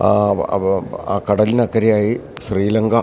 ആവോ അപ്പോൾ ആ കടൽനക്കരെയായി ശ്രീലങ്ക